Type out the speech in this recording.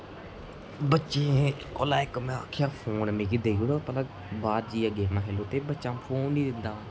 बच्चें कोला में इक आखेआ फोन मिगी देई ओड़ पता बाह्र जाइयै गेमां खेढग ते बच्चा फोन नेईं दिंदा